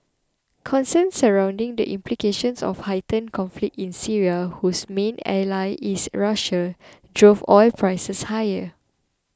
concerns surrounding the implications of heightened conflict in Syria whose main ally is Russia drove oil prices higher